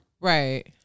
right